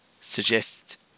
suggest